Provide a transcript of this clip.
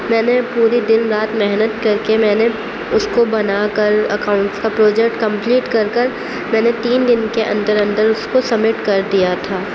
میں نے پورے دن رات محنت کر کے میں نے اس کو بنا کر اکاؤنٹس کا پروجیکٹ کمپلیٹ کر کر میں نے تین دن کے اندر اندر اس کو سمٹ کر دیا تھا